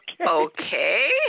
Okay